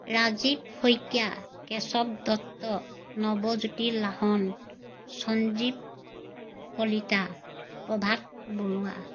Rajiv Saikia Keshab Dutta Nabajyoti Lahon Sanjib Kalita Prabhat Barua